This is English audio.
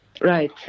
Right